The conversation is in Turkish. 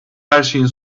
herşeyin